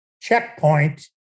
checkpoint